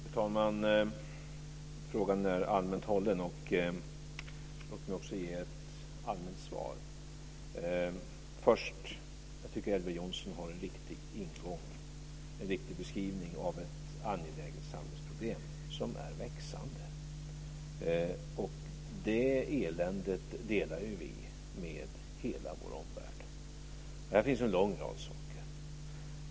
Fru talman! Frågan är allmänt hållen. Låt mig också ge ett allmänt svar. Först tycker jag att Elver Jonsson har en riktig ingång och gör en riktig beskrivning av ett angeläget samhällsproblem som är växande. Det eländet delar vi med hela vår omvärld. Här finns en lång rad saker.